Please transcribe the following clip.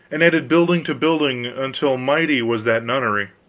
and added building to building, until mighty was that nunnery.